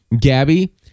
gabby